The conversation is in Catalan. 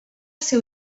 seu